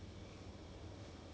orh